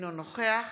אינו נוכח